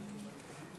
מרגי.